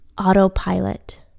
autopilot